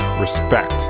respect